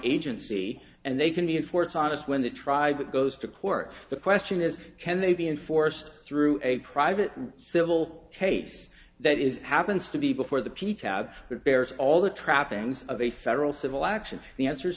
agency and they can be enforced honest when they tried that goes to court the question is can they be enforced through a private civil case that is happens to be before the peats have bears all the trappings of a federal civil action the answer is